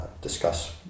discuss